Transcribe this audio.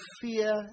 fear